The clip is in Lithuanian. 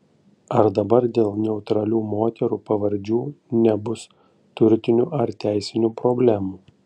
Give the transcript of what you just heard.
ar dabar dėl neutralių moterų pavardžių nebus turtinių ar teisinių problemų